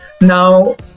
Now